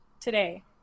today